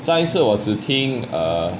上一次我只听:shang yi ci wo zhi tingn err